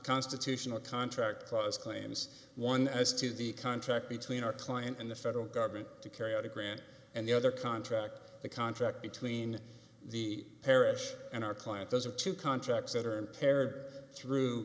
constitutional contract clause claims one as to the contract between our client and the federal government to carry out a grant and the other contract the contract between the parish and our client those are two contracts that are impaired through